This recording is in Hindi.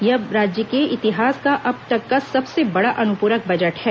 यह राज्य के इतिहास का अब तक का सबसे बड़ा अनुपूरक बजट है